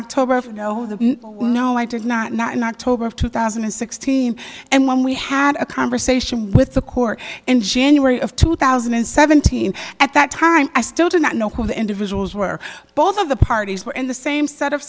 october of no no i did not not in october of two thousand and sixteen and when we had a conversation with the court in january of two thousand and seventeen at that time i still do not know who the individuals were both of the parties were in the same set of